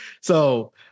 So-